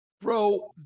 Bro